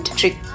trick